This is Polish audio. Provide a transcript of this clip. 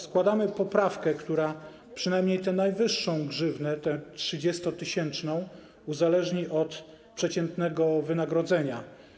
Składamy poprawkę, w ramach której przynajmniej tę najwyższą grzywnę, tę 30-tysięczną, uzależnimy od przeciętnego wynagrodzenia.